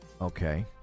Okay